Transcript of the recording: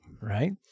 right